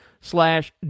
slash